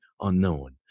unknown